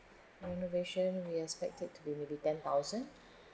renovation we expected to be maybe ten thousand